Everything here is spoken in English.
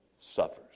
suffers